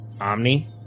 Omni